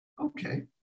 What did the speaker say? okay